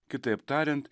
kitaip tariant